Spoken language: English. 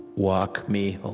walk me